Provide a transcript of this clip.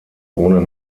ohne